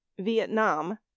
Vietnam